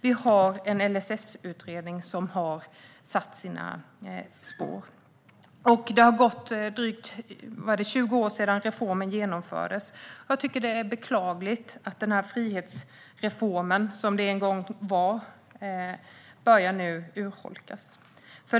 Vi har en LSS-utredning som har satt sina spår. Det har gått drygt 20 år sedan reformen genomfördes. Det är beklagligt att den frihetsreform som det en gång var nu börjar urholkas.